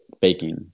baking